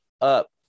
up